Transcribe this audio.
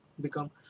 become